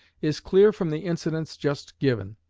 is clear from the incidents just given.